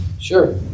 Sure